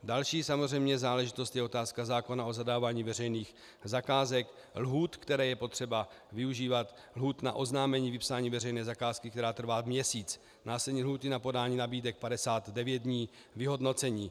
Další záležitost je otázka zákona o zadávání veřejných zakázek, lhůt, které je potřeba využívat, lhůt na oznámení vypsání veřejné zakázky, která trvá měsíc, následně lhůty na podání nabídek 59 dní, vyhodnocení.